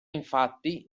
infatti